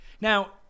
Now